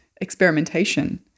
experimentation